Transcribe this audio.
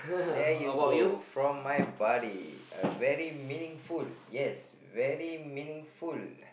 there you go from your body uh very meaningful yes very meaningful